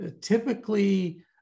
Typically